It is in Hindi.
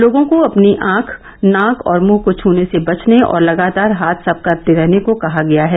लोगों को अपनी आंख नाक और मुंह को छूने से बचने और लगातार हाथ साफ करते रहने को कहा गया है